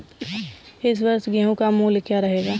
इस वर्ष गेहूँ का मूल्य क्या रहेगा?